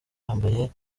yambaye